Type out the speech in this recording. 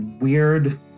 weird